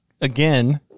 again